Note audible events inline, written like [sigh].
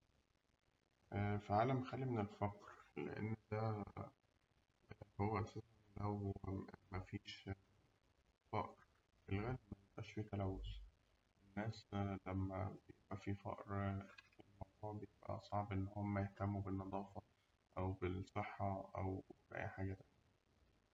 في عالم خالي من الفقر ، لأن ده أساس ال [unintelligible] ولو مفيش فقر غالباً بيبقى مفيش فيه تلوث الناس لما بيبقى فيه فقر، الموضوع بيبقى صعب إن هم يهتموا. [unintelligible]